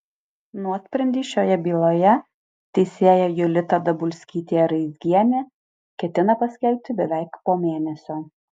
nuosprendį šioje byloje teisėja julita dabulskytė raizgienė ketina paskelbti beveik po mėnesio